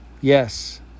Yes